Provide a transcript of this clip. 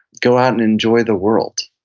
go out and enjoy the world,